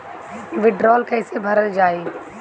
वीडरौल कैसे भरल जाइ?